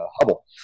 Hubble